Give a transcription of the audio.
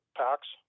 packs